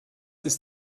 ist